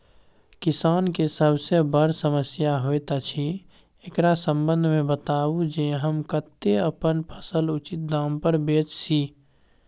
किसान के सबसे बर समस्या होयत अछि, एकरा संबंध मे बताबू जे हम कत्ते अपन फसल उचित दाम पर बेच सी?